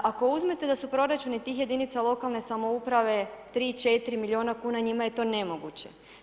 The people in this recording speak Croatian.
Ako uzmete da su proračuni tih jedinica lokalne samouprave 3, 4 miliona kuna, njima je to nemoguće.